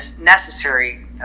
necessary